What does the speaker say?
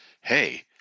hey